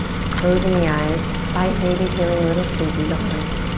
we're closing the eyes despite maybe feeling a little sleepy, don't worry.